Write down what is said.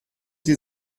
sie